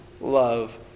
love